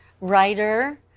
writer